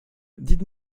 dites